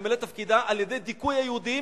היא ממלאת את תפקידה על-ידי דיכוי היהודים,